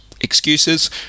excuses